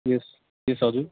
यस yes अरू